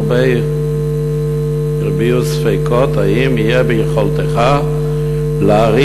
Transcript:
הרבה הביעו ספקות אם יהיה ביכולתך להרים